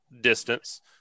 distance